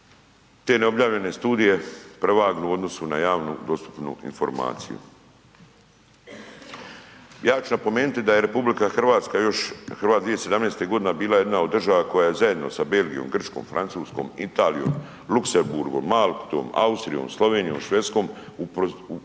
te neobjavljene studije prevagnu u odnosu na javno dostupnu informaciju. Ja ću napomenuti da je RH još 2017. godine bila jedna od država koja je zajedno sa Belgijom, Grčkom, Francuskom, Italijom, Luxembourgom, Maltom, Austrijom, Slovenijom, Švedskom usprotivila